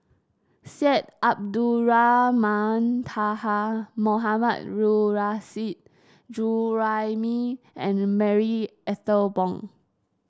Syed Abdulrahman Taha Mohammad Nurrasyid Juraimi and Marie Ethel Bong